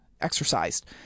exercised